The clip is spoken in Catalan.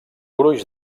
gruix